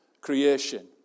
creation